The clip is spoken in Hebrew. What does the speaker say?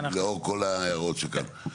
נעשה את זה כמה שיותר מוקדם.